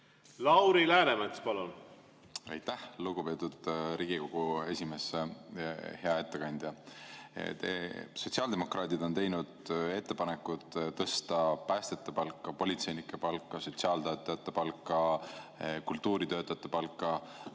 Kas oli nii? Aitäh, lugupeetud Riigikogu esimees! Hea ettekandja! Sotsiaaldemokraadid on teinud ettepanekud tõsta päästjate palka, politseinike palka, sotsiaaltöötajate palka, kultuuritöötajate palka.